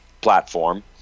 platform